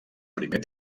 primer